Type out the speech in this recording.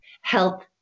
health